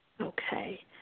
Okay